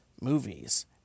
movies